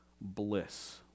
bliss